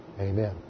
Amen